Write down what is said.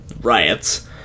riots